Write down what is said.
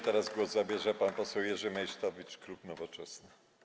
Teraz głos zabierze pan poseł Jerzy Meysztowicz, klub Nowoczesna.